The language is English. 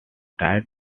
died